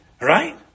right